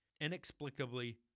Inexplicably